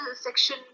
section